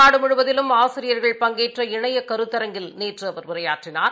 நாடுமுழுவதிலும் ஆசிரியர்கள் பங்கேற்ற இணையகருத்தரங்கில் நேற்றுஅவர் உரையாற்றினார்